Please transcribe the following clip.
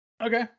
okay